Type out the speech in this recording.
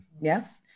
Yes